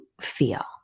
feel